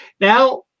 Now